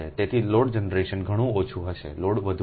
તેથી load generation ઘણું ઓછું હશે લોડ વધુ હશે